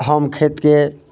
हम खेतके